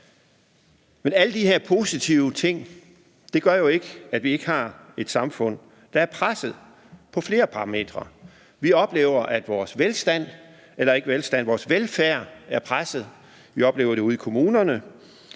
Men alle de her positive ting gør jo ikke, at vi ikke har et samfund, der er presset på flere parametre. Vi oplever, at vores velfærd er presset. Vi oplever det ude i kommunerne.